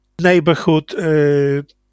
neighborhood